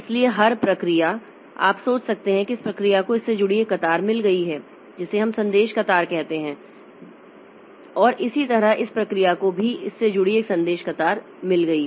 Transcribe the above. इसलिए हर प्रक्रिया आप सोच सकते हैं कि इस प्रक्रिया को इससे जुड़ी एक कतार मिल गई है जिसे हम संदेश कतार कहते हैं जिसे हम संदेश कतार कहते हैं और इसी तरह इस प्रक्रिया को भी इससे जुड़ी एक संदेश कतार मिल गई